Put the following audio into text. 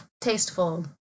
tasteful